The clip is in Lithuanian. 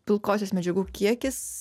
pilkosios medžiagų kiekis